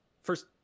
first